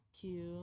Cute